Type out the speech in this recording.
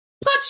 put